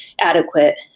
adequate